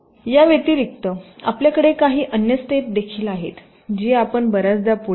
या व्यतिरिक्त आपल्याकडे काही अन्य स्टेप देखील आहेत जी आपण बर्याचदा पुढे करता